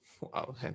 wow